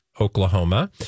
Oklahoma